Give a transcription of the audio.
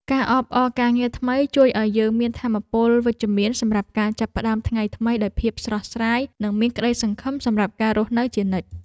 ការអបអរការងារថ្មីជួយឱ្យយើងមានថាមពលវិជ្ជមានសម្រាប់ការចាប់ផ្ដើមថ្ងៃថ្មីដោយភាពស្រស់ស្រាយនិងមានក្ដីសង្ឃឹមសម្រាប់ការរស់នៅជានិច្ច។